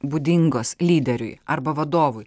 būdingos lyderiui arba vadovui